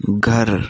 घर